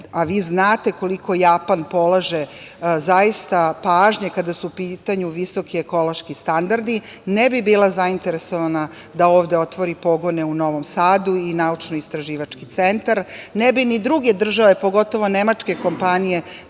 a vi znate koliko Japan polaže zaista pažnje kada su u pitanju visoki ekološki standardi, ne bi bila zainteresovana da ovde otvori pogone u Novom Sadu i naučno-istraživački centar. Ne bi ni druge države, pogotovo nemačke kompanije,